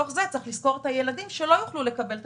צריך לזכור את הילדים שלא יוכלו לקבל את